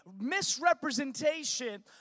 misrepresentation